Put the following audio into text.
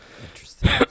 Interesting